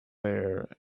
there